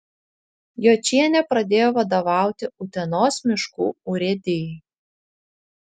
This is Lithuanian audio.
jočienė pradėjo vadovauti utenos miškų urėdijai